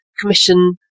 commission